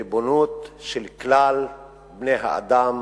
ריבונות של כלל בני-האדם